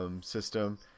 system